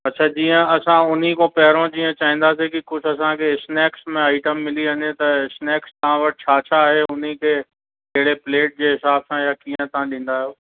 अच्छा जीअं असां हुन खां पहिरों जीअं चाईंदासीं कि कुझु असांखे स्नैक्स में आईटम मिली वञे त स्नैक्स तव्हां वटि छा छा आहे हुन ते कहिड़े प्लेट जे हिसाब सां या कीअं तव्हां ॾींदा आहियो